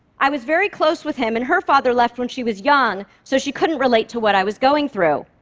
i was very close with him, and her father left when she was young, so she couldn't relate to what i was going through.